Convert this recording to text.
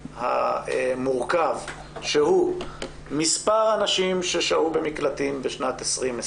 המורכב שהוא מספר הנשים ששהו במקלטים בשנת 2020,